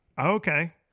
Okay